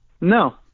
No